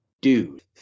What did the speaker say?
Dude